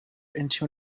into